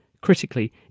critically